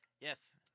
Yes